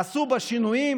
עשו בה שינויים,